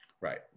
Right